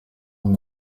muri